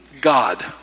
God